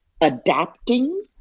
adapting